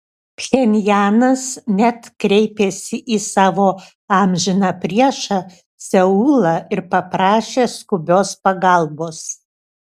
pchenjanas net kreipėsi į savo amžiną priešą seulą ir paprašė skubios pagalbos